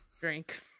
Drink